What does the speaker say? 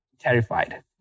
terrified